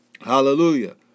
Hallelujah